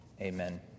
Amen